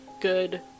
good